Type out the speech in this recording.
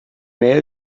mail